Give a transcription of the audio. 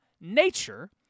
nature